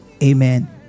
Amen